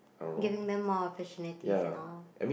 giving them more opportunities and all